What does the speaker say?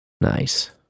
nice